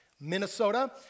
Minnesota